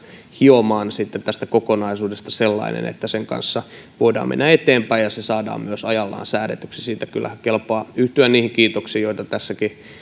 hiomaan sitten tästä kokonaisuudesta sellainen että sen kanssa voidaan mennä eteenpäin ja se saadaan myös ajallaan säädetyksi siitä kyllä kelpaa yhtyä niihin kiitoksiin joita tässäkin